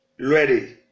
ready